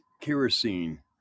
kerosene